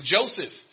Joseph